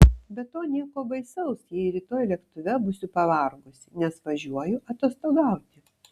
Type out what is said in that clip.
be to nieko baisaus jei rytoj lėktuve būsiu pavargusi nes važiuoju atostogauti